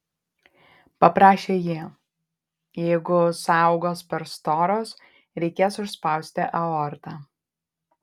paprašė ji jeigu sąaugos per storos reikės užspausti aortą